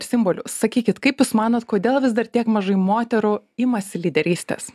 simboliu sakykit kaip jūs manot kodėl vis dar tiek mažai moterų imasi lyderystės